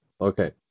okay